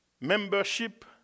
membership